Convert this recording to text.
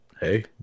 hey